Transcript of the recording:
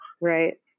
Right